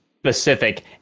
specific